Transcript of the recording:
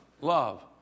love